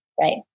Right